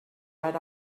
right